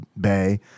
bay